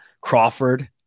Crawford